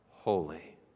holy